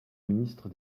ministre